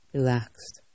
Relaxed